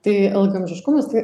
tai ilgaamžiškumas tai